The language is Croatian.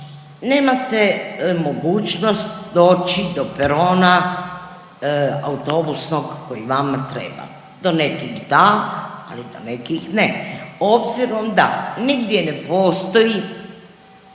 nemate mogućnost doći do perona autobusnog koji vama treba. Do nekih da, ali do nekih ne. Obzirom da nigdje ne postoji